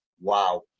wow